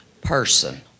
person